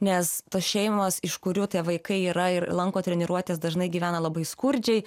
nes tos šeimos iš kurių tie vaikai yra ir lanko treniruotes dažnai gyvena labai skurdžiai